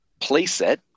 playset